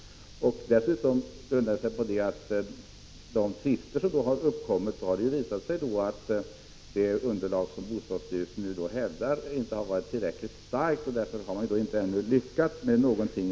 Vår kritik grundar sig dessutom på det faktum att bostadsstyrelsen hävdar att det inte har funnits tillräckligt gott underlag vid de tvister som har uppkommit och att man inte har lyckats komma någon vart.